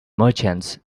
merchants